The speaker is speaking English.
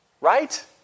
Right